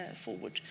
forward